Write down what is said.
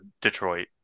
Detroit